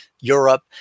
Europe